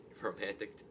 romantic